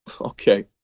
Okay